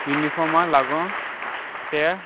युनिफॉर्मा लागून ते